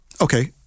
Okay